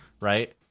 Right